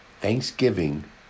Thanksgiving